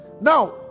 Now